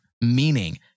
meaning